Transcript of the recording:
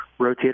rotator